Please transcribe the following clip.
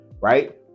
Right